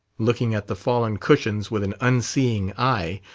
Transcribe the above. looking at the fallen cushions with an unseeing eye,